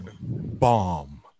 bomb